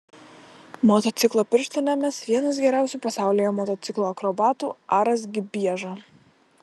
motociklo pirštinę mes vienas geriausių pasaulyje motociklų akrobatų aras gibieža